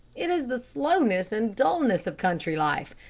it is the slowness and dullness of country life,